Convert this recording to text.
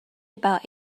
about